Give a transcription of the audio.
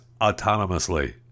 autonomously